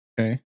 Okay